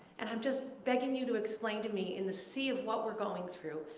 and i'm just begging you to explain to me, in the sea of what we're going through,